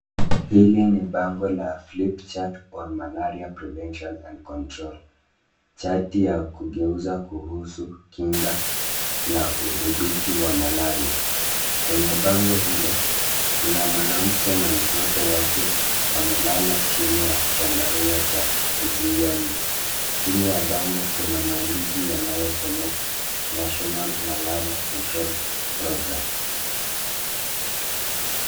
Hili ni bango la Flip Chart On Malaria Prevention And Control . Chati ya kugeuza kuhusu kujikinga na kudhibiti wa malaria. Kwenye bago hilo kuna mwanamke na mtoto wake wamelala chini ya chandarua cha kuzuia mbu. Chini ya bango kuna maandishi yanayosomeka National Malaria Control Program .